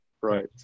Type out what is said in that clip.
right